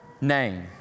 name